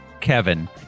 Kevin